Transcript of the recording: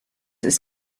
ist